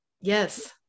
Yes